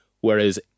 whereas